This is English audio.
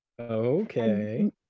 Okay